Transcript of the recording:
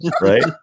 Right